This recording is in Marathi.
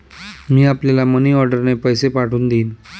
मी आपल्याला मनीऑर्डरने पैसे पाठवून देईन